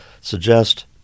suggest